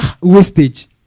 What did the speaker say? wastage